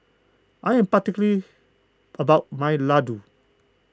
I am particular about my Ladoo